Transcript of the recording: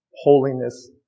holiness